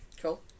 Cool